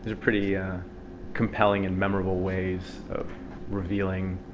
ah pretty yeah compelling and memorable ways of revealing